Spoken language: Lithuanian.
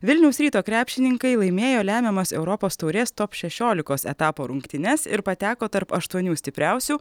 vilniaus ryto krepšininkai laimėjo lemiamas europos taurės top šešiolikos etapo rungtynes ir pateko tarp aštuonių stipriausių